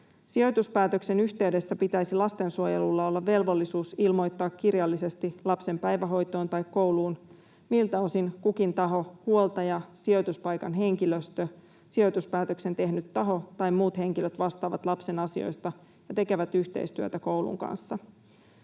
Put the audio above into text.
Sijoituspäätöksen yhteydessä pitäisi lastensuojelulla olla velvollisuus ilmoittaa kirjallisesti lapsen päivähoitoon tai kouluun, miltä osin kukin taho — huoltaja, sijoituspaikan henkilöstö, sijoituspäätöksen tehnyt taho tai muut henkilöt — vastaavat lapsen asioista ja tekevät yhteistyötä koulun kanssa.